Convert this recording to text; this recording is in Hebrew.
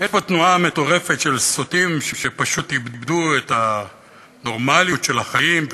יש פה תנועה מטורפת של סוטים שפשוט איבדו את הנורמליות של החיים,